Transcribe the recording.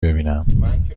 ببینم